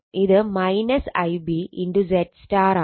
അപ്പോൾ ഇത് Ib ZY ആവും